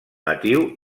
natiu